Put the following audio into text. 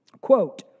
Quote